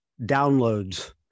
downloads